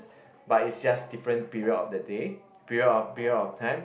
but it's just different period of the day period of period of time